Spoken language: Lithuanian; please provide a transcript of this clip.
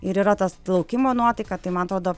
ir yra tas laukimo nuotaika tai man atrodo